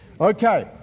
Okay